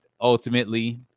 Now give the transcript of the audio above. ultimately